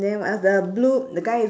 then what else the blue the guy